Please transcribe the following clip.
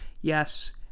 Yes